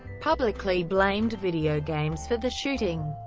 publicly blamed video games for the shooting,